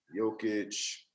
Jokic